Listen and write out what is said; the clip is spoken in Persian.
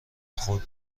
خود